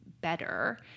better